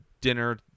dinner